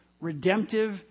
redemptive